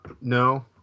no